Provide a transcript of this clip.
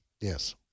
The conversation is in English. yes